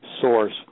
source